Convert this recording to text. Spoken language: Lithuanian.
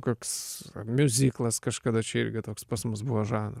koks miuziklas kažkada čia irgi toks pas mus buvo žanras